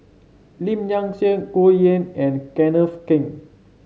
Lim Nang Seng Goh Yihan and Kenneth Keng